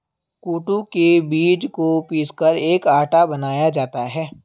कूटू के बीज को पीसकर एक आटा बनाया जाता है